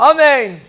Amen